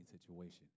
situation